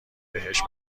بهش